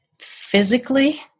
Physically